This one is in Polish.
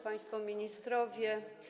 Państwo Ministrowie!